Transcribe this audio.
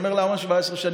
אני אומר: למה 17 שנים?